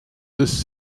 this